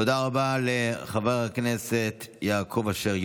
תודה רבה לחבר הכנסת יעקב אשר,